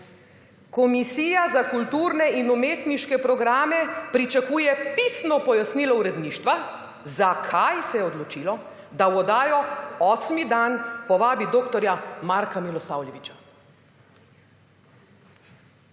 »Komisija za kulturne in umetniške programe pričakuje pisno pojasnilo uredništva, zakaj se je odločilo, da v oddajo Osmi dan povabi dr. Marka Milosavljevića.